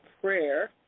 prayer